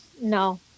No